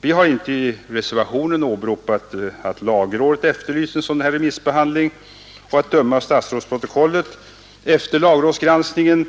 Vi har inte i vår reservation 1 a vid civilutskottets betänkande nr 27 åberopat att lagrådet efterlyst en sådan här remissbehandling, och att döma av statsrådsprotokollet efter lagrådsgranskningen